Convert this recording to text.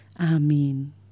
amen